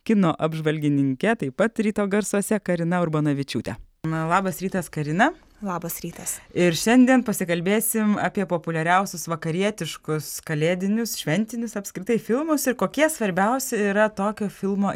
kino apžvalgininke taip pat ryto garsuose karina urbanavičiūte na labas rytas karina labas rytas ir šiandien pasikalbėsim apie populiariausius vakarietiškus kalėdinius šventinius apskritai filmus ir kokie svarbiausi yra tokio filmo